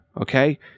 okay